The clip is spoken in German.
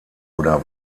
oder